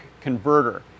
Converter